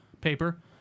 paper